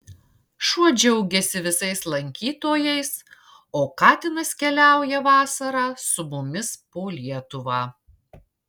šuo džiaugiasi visais lankytojais o katinas keliauja vasarą su mumis po lietuvą